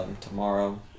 tomorrow